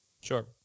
Sure